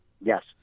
Yes